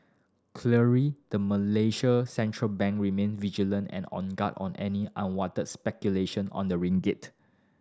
clearly the Malaysian central bank remain vigilant and on guard on any unwanted speculation on the ringgit